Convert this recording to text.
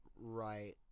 Right